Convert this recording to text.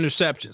interceptions